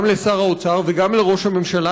גם לשר האוצר וגם לראש הממשלה,